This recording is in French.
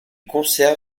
conserve